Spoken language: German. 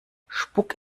spuck